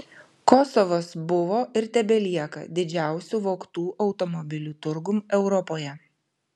kosovas buvo ir tebelieka didžiausiu vogtų automobilių turgum europoje